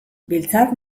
biltzar